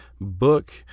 book